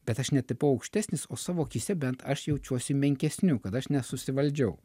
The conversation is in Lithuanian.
bet aš netapau aukštesnis o savo akyse bent aš jaučiuosi menkesniu kad aš nesusivaldžiau